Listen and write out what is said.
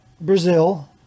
brazil